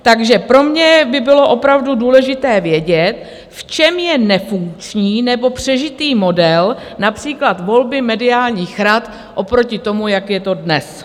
Takže pro mě by bylo opravdu důležité vědět, v čem je nefunkční nebo přežitý model například volby mediálních rad oproti tomu, jak je to dnes.